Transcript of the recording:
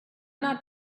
not